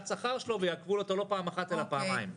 השכר שלו ויעכבו לו אותה לא פעם אחת אלא פעמיים.